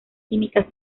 químicas